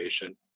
patient